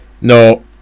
No